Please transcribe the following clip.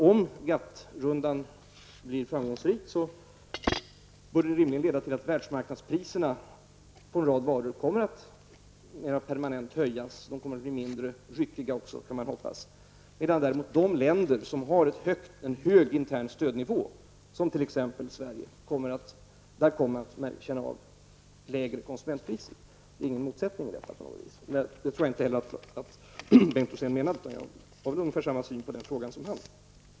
Om GATT rundan blir framgångsrik, bör den rimligen leda till att världsmarknadspriserna på en rad varor kommer att mera permanent höjas. Priserna kommer förhoppningsvis också att bli mindre ryckiga. De länder som har en hög intern stödnivå, som t.ex. Sverige, kommer att få lägre konsumentpriser. Det ligger inte på något vis en motsättning i detta. Jag tror inte heller att Bengt Rosén menade det, utan han har väl ungefär samma syn på den frågan som jag.